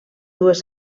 dues